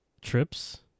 trips